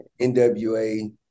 NWA